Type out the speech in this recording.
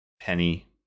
Penny